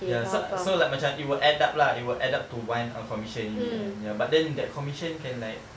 ya so so like macam it will add up lah it will add up to one commission in the end but then that commission can like